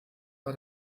war